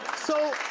so.